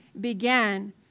began